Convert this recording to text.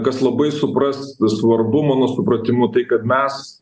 kas labai suprast svarbu mano supratimu tai kad mes